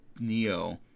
Neo